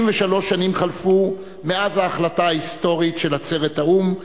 63 שנים חלפו מאז ההחלטה ההיסטורית של עצרת האו"ם,